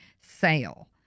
sale